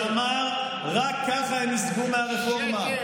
שאמר: רק ככה הם ייסוגו מהרפורמה.